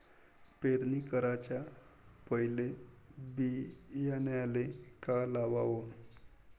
पेरणी कराच्या पयले बियान्याले का लावाव?